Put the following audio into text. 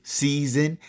season